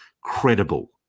credible